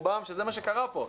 שזה מה שקרה פה.